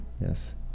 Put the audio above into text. Yes